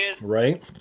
right